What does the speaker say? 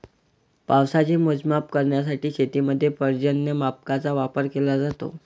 पावसाचे मोजमाप करण्यासाठी शेतीमध्ये पर्जन्यमापकांचा वापर केला जातो